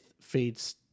fades